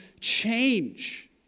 change